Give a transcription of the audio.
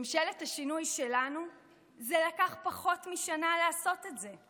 בממשלת השינוי שלנו לקח פחות משנה לעשות את זה,